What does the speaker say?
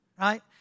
right